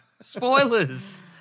Spoilers